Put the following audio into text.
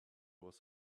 was